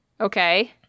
Okay